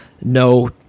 no